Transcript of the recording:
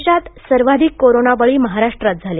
देशात सर्वाधिक कोरोनाबळी महाराष्ट्रात झाले